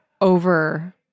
Over